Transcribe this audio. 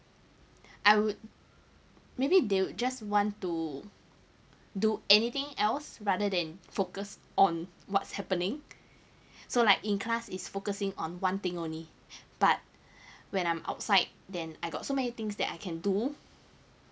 I would maybe they just want to do anything else rather than focus on what's happening so like in class is focusing on one thing only but when I'm outside then I got so many things that I can do